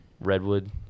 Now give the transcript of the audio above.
Redwood